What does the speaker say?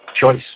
Choice